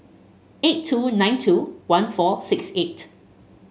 eight two nine two one four six eight